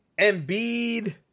Embiid